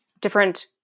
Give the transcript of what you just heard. different